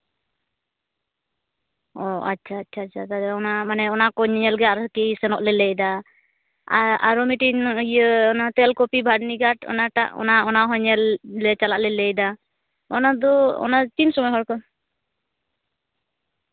ᱚᱸᱻ ᱟᱪᱪᱷᱟ ᱟᱪᱪᱷᱟ ᱛᱟᱦᱚᱞᱮ ᱚᱱᱟ ᱢᱟᱱᱮ ᱚᱱᱟ ᱠᱚ ᱧᱮᱧᱮᱞ ᱜᱮ ᱟᱞᱮ ᱦᱚᱸ ᱛᱤᱥ ᱥᱮᱱᱚᱜ ᱞᱮ ᱞᱟᱹᱭᱫᱟ ᱟᱨ ᱟᱨᱚ ᱢᱤᱫᱴᱤᱱ ᱤᱭᱟᱹ ᱚᱱᱟ ᱛᱮᱞᱠᱩᱯᱤ ᱵᱟᱨᱱᱤᱜᱷᱟᱴ ᱚᱱᱟᱴᱟᱜ ᱚᱱᱟ ᱚᱱᱟ ᱦᱚᱸ ᱧᱮᱞ ᱞᱮ ᱞᱟᱹᱭ ᱪᱟᱞᱟᱜ ᱞᱮ ᱞᱟᱹᱭᱫᱟ ᱚᱱᱟ ᱫᱚ ᱚᱱᱟ ᱛᱤᱱ ᱥᱚᱢᱚᱭ ᱦᱚᱲ ᱠᱚ